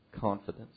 confidence